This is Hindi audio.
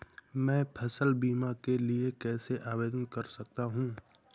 मैं फसल बीमा के लिए कैसे आवेदन कर सकता हूँ?